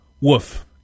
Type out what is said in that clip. Woof